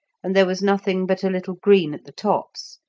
and there was nothing but a little green at the tops,